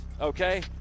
Okay